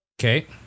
Okay